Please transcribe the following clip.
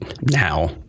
now